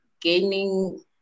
gaining